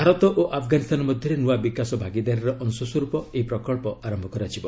ଭାରତ ଓ ଆଫ୍ଗାନିସ୍ତାନ ମଧ୍ୟରେ ନୂଆ ବିକାଶ ଭାଗିଦାରୀର ଅଂଶସ୍ୱର୍ପ ଏହି ପ୍ରକଳ୍ପ ଆରମ୍ଭ କରାଯିବ